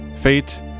Fate